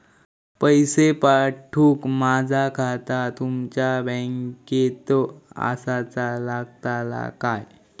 पैसे पाठुक माझा खाता तुमच्या बँकेत आसाचा लागताला काय?